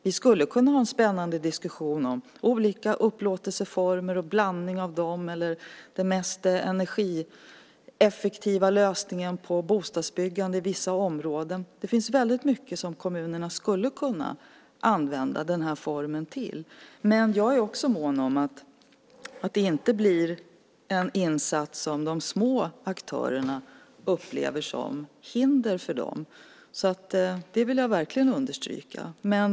Vi skulle kunna ha en spännande diskussion om olika upplåtelseformer, en blandning av dem eller den mest energieffektiva lösningen på bostadsbyggande i vissa områden. Det finns väldigt mycket som kommunerna skulle kunna använda den här formen till. Men jag är också mån om att det inte ska bli en insats som de små aktörerna upplever som hinder för dem. Det vill jag verkligen understryka.